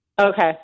Okay